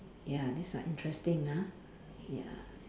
ya this like interesting ah ya